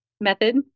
method